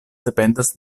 dependas